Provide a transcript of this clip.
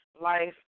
life